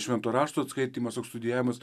švento rašto skaitymas toks studijavimas